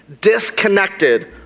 disconnected